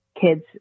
kids